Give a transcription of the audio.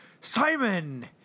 Simon